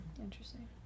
Interesting